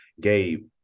Gabe